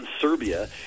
Serbia